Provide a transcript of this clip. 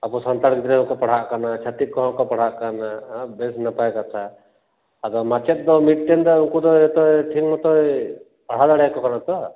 ᱟᱵᱚ ᱥᱟᱱᱛᱟᱲ ᱜᱤᱫᱽᱨᱟᱹ ᱦᱚᱸ ᱠᱚ ᱯᱟᱲᱦᱟᱜ ᱠᱟᱱᱟ ᱪᱷᱟᱹᱛᱤᱠ ᱠᱚᱦᱚᱸ ᱠᱚ ᱯᱟᱲᱦᱟᱜ ᱠᱟᱱᱟ ᱵᱮᱥ ᱱᱟᱯᱟᱭ ᱠᱟᱛᱷᱟ ᱟᱫᱚ ᱢᱟᱪᱮᱫ ᱫᱚ ᱢᱤᱫᱴᱮᱱ ᱫᱚ ᱩᱱᱠᱩ ᱫᱚᱭ ᱡᱚᱛᱚᱭ ᱴᱷᱤᱠ ᱢᱚᱛᱚᱭ ᱯᱟᱲᱦᱟᱣ ᱫᱟᱲᱮ ᱟᱠᱚ ᱠᱟᱱᱟ ᱛᱚ